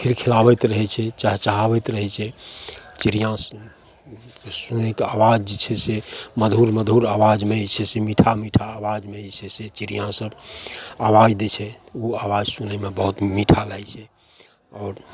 खिलखिलाबैत रहै छै चहचहाबैत रहै छै चिड़िआँके सुनिके आवाज जे छै से मधुर मधुर आवाजमे जे छै से मीठा मीठा आवाजमे जे छै से चिड़िआँसब आवाज दै छै ओ आवाज सुनैमे बहुत मीठा लागै छै आओर